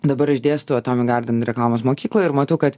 dabar aš dėstau atomi garden reklamos mokykloje ir matau kad